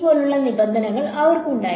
പോലുള്ള നിബന്ധനകൾ അവർക്കുണ്ടായിരുന്നു